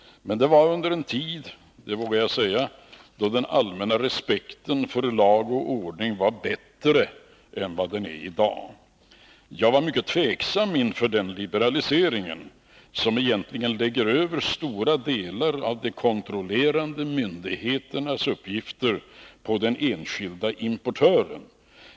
Men det var under en tid, det vågar jag säga, då den allmänna respekten för lag och ordning var större än den är i dag. Jag var mycket tveksam till denna liberalisering, som egentligen lägger över stora delar av de kontrollerande myndigheternas uppgifter på den enskilde importören.